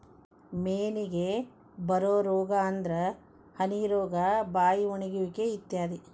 ಮೇನಿಗೆ ಬರು ರೋಗಾ ಅಂದ್ರ ಹನಿ ರೋಗಾ, ಬಾಯಿ ಒಣಗುವಿಕೆ ಇತ್ಯಾದಿ